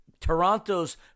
Toronto's